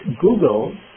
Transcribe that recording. Google